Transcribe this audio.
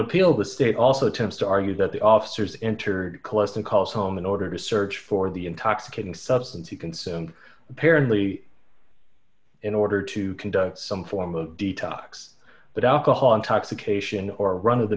appeal the state also tends to argue that the officers entered kolesnik calls home in order to search for the intoxicating substance you consume apparently in order to conduct some form of detox but alcohol intoxication or run of the